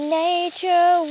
nature